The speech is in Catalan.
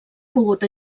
pogut